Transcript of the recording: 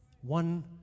One